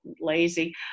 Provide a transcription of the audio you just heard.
lazy